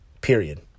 period